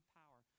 power